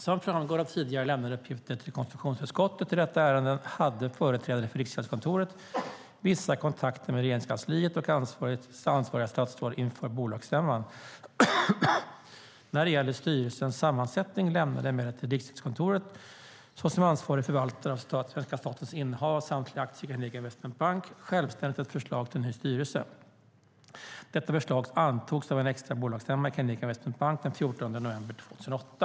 Som framgår av tidigare lämnade uppgifter till konstitutionsutskottet i detta ärende hade företrädare för Riksgäldskontoret vissa kontakter med Regeringskansliet och ansvariga statsråd inför bolagsstämman. När det gäller styrelsens sammansättning lämnade emellertid Riksgäldskontoret, såsom ansvarig förvaltare av svenska statens innehav av samtliga aktier i Carnegie Investment Bank, självständigt ett förslag till ny styrelse. Detta förslag antogs av en extra bolagsstämma i Carnegie Investment Bank den 14 november 2008.